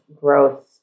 growth